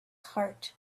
heart